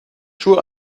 sure